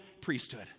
priesthood